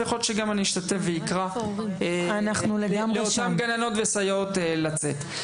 ויכול להיות שגם אני אשתתף ואקרא גם לאותן גננות וסייעות לצאת.